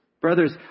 Brothers